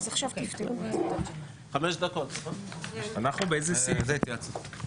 (הישיבה נפסקה בשעה 10:19 ונתחדשה בשעה